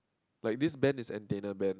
like this band is antenna band